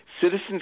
Citizens